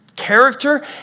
character